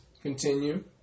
Continue